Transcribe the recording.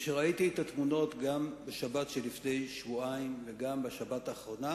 כשראיתי את התמונות גם בשבת שלפני שבועיים וגם בשבת האחרונה,